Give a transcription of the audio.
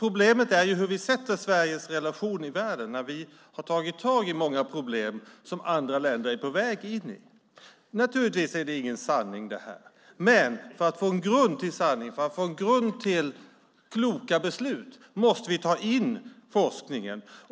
Problemet är hur vi sätter Sverige i relation till övriga världen när vi har tagit tag i många problem som andra länder står inför. Naturligtvis är detta ingen sanning, men för att få en grund till sanning och kloka beslut måste vi ta in forskningen.